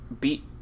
beat